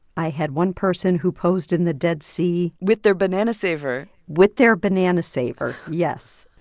i had one person who posed in the dead sea with their banana saver with their banana saver, yes.